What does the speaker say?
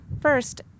First